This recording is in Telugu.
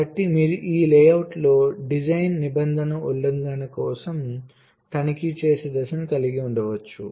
కాబట్టి మీరు మీ లేఅవుట్లో డిజైన్ నిబంధన ఉల్లంఘనల కోసం తనిఖీ చేసే దశను కలిగి ఉండవచ్చు